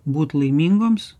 būt laimingoms